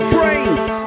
Brains